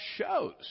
shows